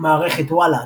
מערכת וואלה!,